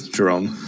Jerome